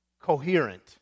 coherent